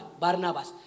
Barnabas